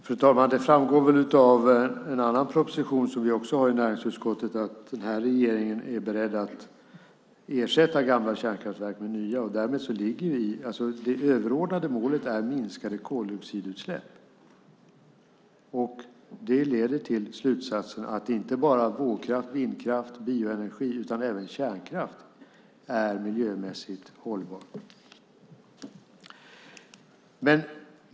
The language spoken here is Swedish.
Fru talman! Det framgår väl av en annan proposition som vi har i näringsutskottet att den här regeringen är beredd att ersätta gamla kärnkraftverk med nya. Det överordnade målet är minskade koldioxidutsläpp. Det leder till slutsatsen att inte bara vågkraft, vindkraft, bioenergi utan även kärnkraft är miljömässigt hållbar.